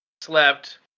slept